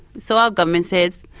so our government says,